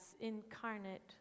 incarnate